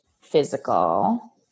physical